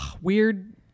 Weird